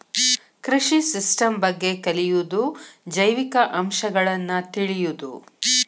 ಕೃಷಿ ಸಿಸ್ಟಮ್ ಬಗ್ಗೆ ಕಲಿಯುದು ಜೈವಿಕ ಅಂಶಗಳನ್ನ ತಿಳಿಯುದು